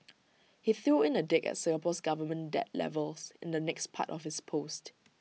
he threw in A dig at Singapore's government debt levels in the next part of his post